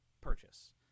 purchase